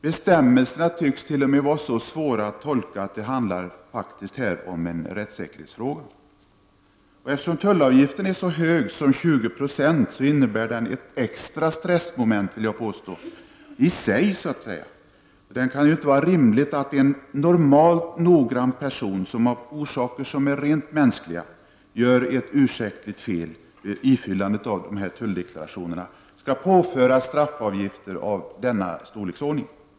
Bestämmelserna tycks t.o.m. vara så svåra att tolka att det handlar om en rättssäkerhetsfråga. Eftersom tullavgiften är så hög som 20 96, innebär den ett extra stressmoment i sig. Det kan inte vara rimligt att en normalt noggrann person, som av orsaker som är rent mänskliga gör ett ursäktligt fel vid ifyllandet av tulldeklarationen, skall påföras straffavgifter av denna storleksordning.